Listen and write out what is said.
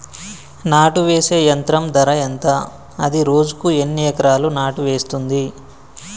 నాటు వేసే యంత్రం ధర ఎంత? అది రోజుకు ఎన్ని ఎకరాలు నాటు వేస్తుంది?